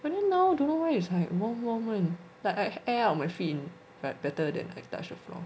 but then now don't know why it's like like warm warm [one] like I air out my feet better than I touch the floor